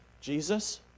Jesus